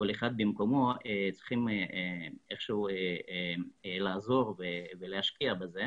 כל אחד במקומו, צריכים איכשהו לעזור ולהשקיע בזה.